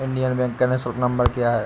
Indian Bank का निःशुल्क number क्या है?